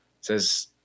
says